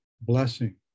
blessing